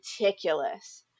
meticulous